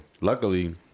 luckily